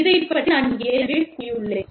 இதைப் பற்றி நான் ஏற்கனவே கூறியுள்ளேன்